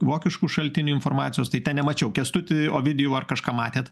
vokiškų šaltinių informacijos tai ten nemačiau kęstuti ovidijau ar kažką matėt